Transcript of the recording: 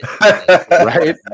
Right